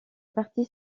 partie